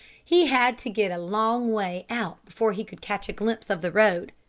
he had to get a long way out before he could catch a glimpse of the road,